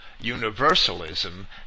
universalism